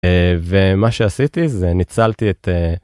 ומה שעשיתי זה ניצלתי את.